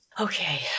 Okay